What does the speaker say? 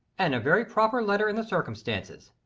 and a very proper letter in the circumstances.